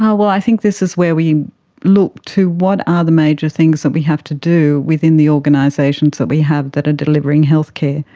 well, i think this is where we look to what are the major things that we have to do within the organisations that we have that are delivering health care.